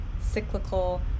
cyclical